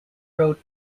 wrote